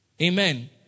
Amen